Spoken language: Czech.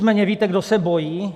Nicméně víte, kdo se bojí?